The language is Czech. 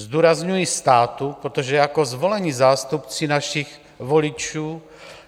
Zdůrazňuji státu, protože jako zvolení zástupci našich voličů